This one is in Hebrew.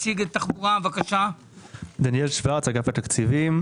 אגף תקציבים.